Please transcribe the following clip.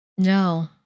No